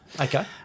Okay